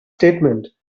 statement